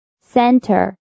Center